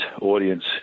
audience